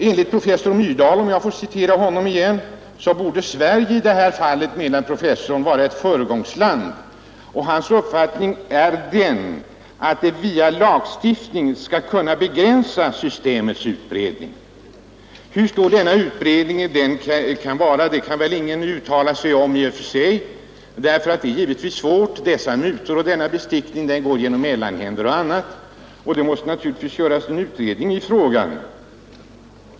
Professor Myrdal säger också, om jag får citera honom igen: ”Sverige borde vara ett föregångsland och jag tror att vi via lagstiftning skall kunna begränsa systemets utbredning.” Hur stor denna utbredning är kan väl ingen med bestämdhet uttala sig om; det är givetvis svårt att göra det. Dessa mutor och denna bestickning kan gå via mellanhänder och på annat sätt. Det måste naturligtvis göras en utredning av hela frågan.